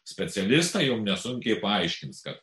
specialistą jau nesunkiai paaiškins kad